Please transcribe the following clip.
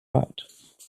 right